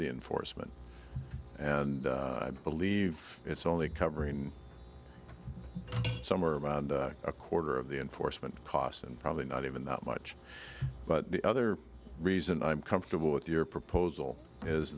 the enforcement and i believe it's only covering some around a quarter of the enforcement costs and probably not even that much but the other reason i'm comfortable with your proposal is